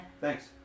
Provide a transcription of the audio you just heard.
Thanks